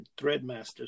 Threadmasters